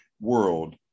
world